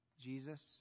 Jesus